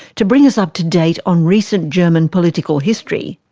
to bring us up to date on recent german political history.